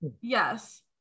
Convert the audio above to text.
Yes